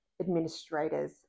Administrators